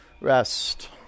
rest